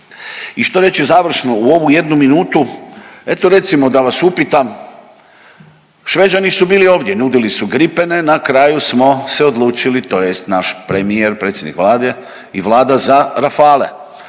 I što reći završno u ovu jednu minutu? Eto, recimo, da vas upitam, Šveđani su bili ovdje, nudili su Gripene, na kraju smo se odlučili, tj. naš premijer, predsjednik Vlade, za Rafale.